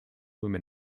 women